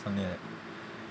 something like that